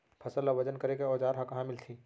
फसल ला वजन करे के औज़ार हा कहाँ मिलही?